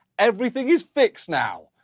everything is fixed now.